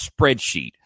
spreadsheet